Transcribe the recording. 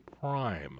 prime